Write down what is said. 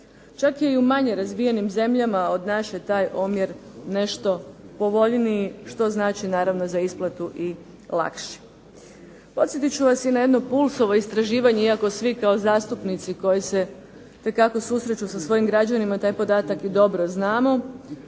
Čak je i u manje razvijenim zemljama od naše taj omjer nešto povoljniji što znači naravno za isplatu i lakši. Podsjetit ću vas i na jedno PULS-ovo istraživanje iako svi kao zastupnici koji se itekako susreću sa svojim građanima taj podatak i dobro znamo,